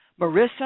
Marissa